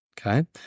Okay